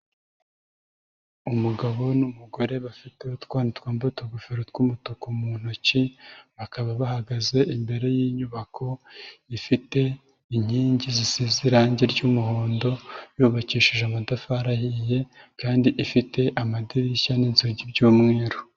Umugabo n'umugore bafite utwana twambaye utugofero tw'umutuku mu ntoki, bakaba bahagaze imbere y'inyubako ifite inkingi zisize irange ry'umuhondo, yubakishije amatafari ahiye kandi ifite amadirishya n'inzugi by'umweru.